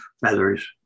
feathers